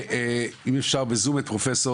אם אפשר בזום את פרופ'